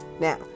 Now